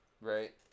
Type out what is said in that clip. Right